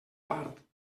part